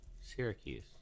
Syracuse